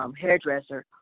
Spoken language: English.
hairdresser